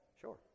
sure